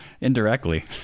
Indirectly